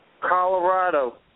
Colorado